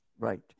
right